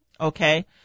okay